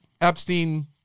Epstein